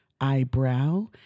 eyebrow